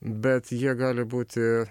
bet jie gali būti